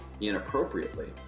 inappropriately